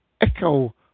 Echo